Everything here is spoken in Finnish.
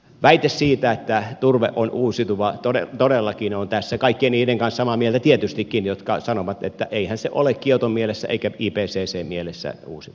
väite siitä että turve on uusiutuva todellakin olen tässä kaikkien niiden kanssa samaa mieltä tietystikin jotka sanovat että eihän se ole kioton mielessä eikä ipcc mielessä uusiutuvaa